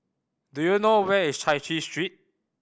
do you know where is Chai Chee Street